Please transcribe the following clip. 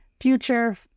future